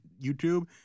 YouTube